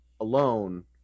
alone